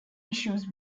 issues